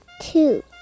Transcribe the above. two